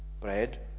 bread